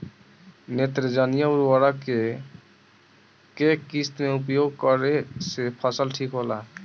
नेत्रजनीय उर्वरक के केय किस्त मे उपयोग करे से फसल ठीक होला?